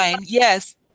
yes